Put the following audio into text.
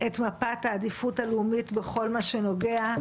את מפת העדיפות הלאומית בכל מה שנוגע לפיתוח ההתיישבות,